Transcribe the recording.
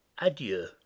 Adieu